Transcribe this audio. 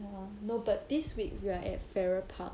!wah! no but this week right we are at farrer park